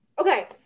Okay